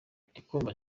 ndikumva